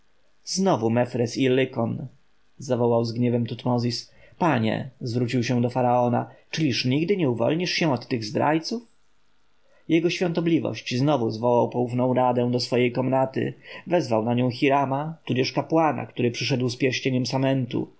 znowu mefres i lykon zawołał z gniewem tutmozis panie zwrócił się do faraona czyliż nigdy nie uwolnisz się od tych zdrajców jego świątobliwość znowu zwołał poufną radę do swej komnaty wezwał na nią hirama tudzież kapłana który przyszedł z pierścieniem